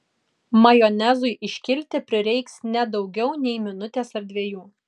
majonezui iškilti prireiks ne daugiau nei minutės ar dviejų